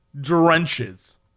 drenches